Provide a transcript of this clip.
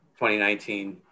2019